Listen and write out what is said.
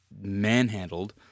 manhandled